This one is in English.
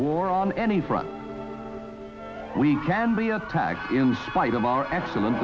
war on any front we can be attacked in spite of our excellent